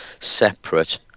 separate